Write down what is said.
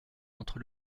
entre